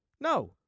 no